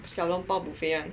小笼包 buffet [one]